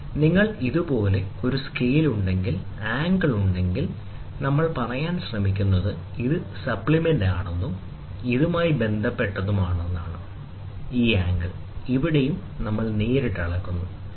നിങ്ങൾക്ക് ഇതുപോലുള്ള ഒരു സ്കെയിലുണ്ടെങ്കിൽ നിങ്ങൾക്ക് ഇതുപോലൊരു ആംഗിൾ ഉണ്ടെങ്കിൽ ശരി അതിനാൽ നമ്മൾ പറയാൻ ശ്രമിക്കുന്നത് ഇത് സപ്ലിമെന്റാണെന്നും ഇതുമായി ബന്ധപ്പെട്ട് ഇതും അനുബന്ധമാണ് ഇതാണ് ആംഗിൾ ഇവിടെയും ആംഗിൾ ഉണ്ട് നമ്മൾ നേരിട്ട് അളക്കുന്നു ശരി